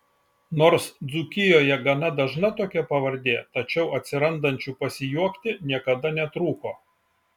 nors dzūkijoje gana dažna tokia pavardė tačiau atsirandančių pasijuokti niekada netrūko